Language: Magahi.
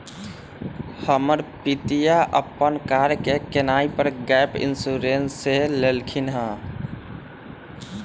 हमर पितिया अप्पन कार के किनाइ पर गैप इंश्योरेंस सेहो लेलखिन्ह्